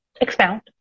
Expound